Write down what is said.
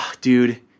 Dude